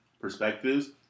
perspectives